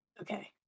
okay